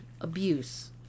abuse